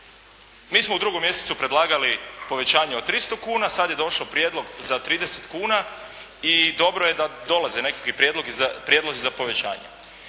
Mi smo u 2. mjesecu predlagali povećanje od 300 kuna, sada je došao prijedlog za 30 kuna i dobro je da dolaze nekakvi prijedlozi za povećanje.